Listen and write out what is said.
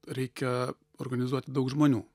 reikia organizuoti daug žmonių